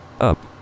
Up